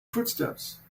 footsteps